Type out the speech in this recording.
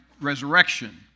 resurrection